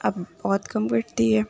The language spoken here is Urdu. اب بہت کم کٹتی ہے